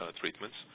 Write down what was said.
treatments